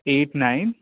eight nine